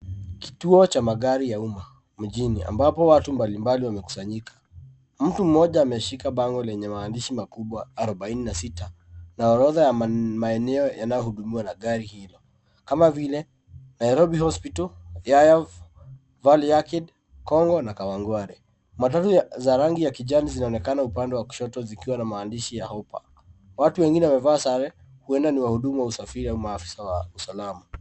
Kituo cha magari ya umma mjini ambapo watu mbalimbali wamekusanyika. Mtu mmoja ameshika bango lenye maandishi makubwa arubaini na sita na orodha ya maeneo yanayohudumiwa na gari hilo kama vile Nairobi Hospital, Yaya, Valley Arcade, Congo na Kawangware. Matatu za rangi ya kijani zinaonekana upande wa kushoto zikiwa na maandishi ya Hoppa. Watu wengine wamevaa sare huenda ni wasafiri au maafisa wa usalama.